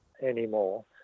anymore